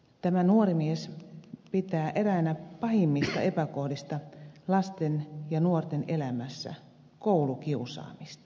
tämä nuori mies pitää eräänä pahimmista epäkohdista lasten ja nuorten elämässä koulukiusaamista